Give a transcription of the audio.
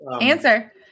Answer